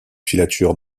filature